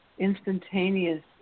instantaneous